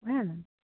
ओएह ने